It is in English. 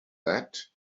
that